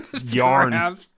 yarn